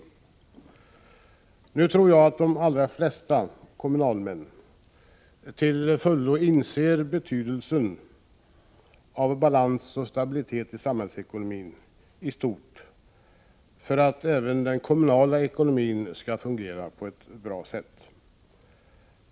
Jag tror att de allra flesta kommunalmän till fullo inser att balans och stabilitet i samhällsekonomin i stort har stor betydelse för att även den kommunala ekonomin skall fungera på ett bra sätt.